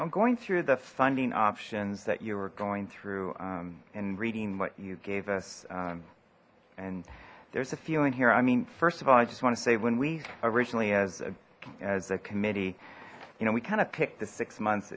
i'm going through the funding options that you were going through and reading what you gave us and there's a few in here i mean first of all i just want to say when we originally as as a committee you know we kind of picked the six months